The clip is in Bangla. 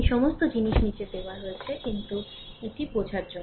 এই সমস্ত জিনিস নীচে দেওয়া হয় কিন্তু এটি বোঝার জন্য